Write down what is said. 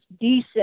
decent